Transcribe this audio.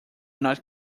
not